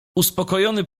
uspokojony